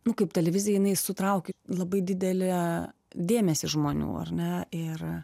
nu kaip televizija jinai sutraukia labai didelį dėmesį žmonių ar ne ir